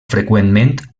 freqüentment